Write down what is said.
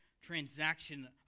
transaction